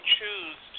choose